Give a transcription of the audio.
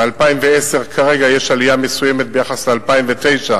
ב-2010, כרגע, יש עלייה מסוימת ביחס ל-2009,